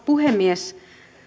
puhemies